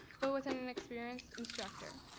but with an an experienced instructor.